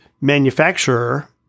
manufacturer